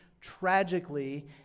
tragically